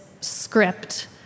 script